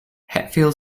hetfield